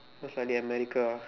most likely America ah